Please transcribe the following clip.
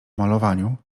malowaniu